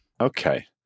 Okay